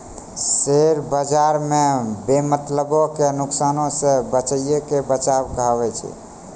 share बजारो मे बेमतलबो के नुकसानो से बचैये के बचाव कहाबै छै